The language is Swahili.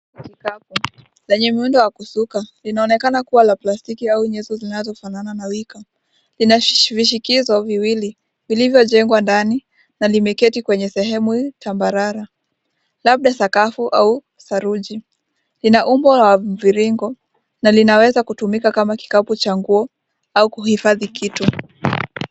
Kikapu lenye muundo wa kusuka, linaonekana kuwa la plastiki au nyusi zinazofanana na wiko, vina vishikio viwili, lililo jengwa ndani , la limeketi kwenye sehemu tambarara, labda sakafu au saruji, lina umbo la mviringo la lina weza kutumika kama kikapu cha nguo au kuhifadhi kitu.